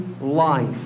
life